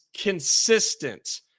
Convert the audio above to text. consistent